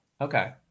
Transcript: Okay